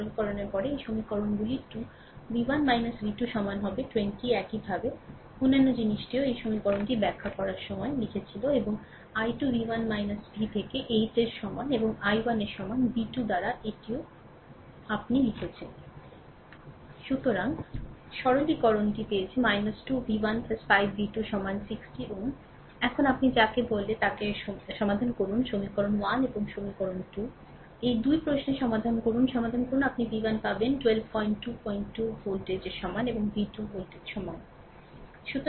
সরলকরণের পরে এই সমীকরণগুলি 2 v 1 v 2 সমান হবে 20 একইভাবে অন্যান্য জিনিসটিও এই সমীকরণটি ব্যাখ্যা করার সময় লিখেছিল এবং i 2 v 1 v থেকে 8 এর সমান এবং i 1 এর সমান বি 2 দ্বারা 12 এটিও আপনি লিখেছেন সুতরাং সরলকরণটি পেয়েছে 2 v 1 5 v 2 সমান 60 now এখন আপনি যাকে বলে তাকে সমাধান করুন সমীকরণ 1 এবং সমীকরণ 2 এই 2 প্রশ্নের সমাধান করুন সমাধান করুন আপনি v 1 পাবেন 122 2 ভোল্টের সমান এবং v 2 ভোল্ট সমান ডান